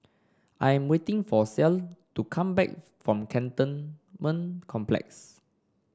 I'm waiting for Clell to come back from Cantonment Complex